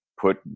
put